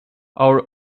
our